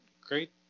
great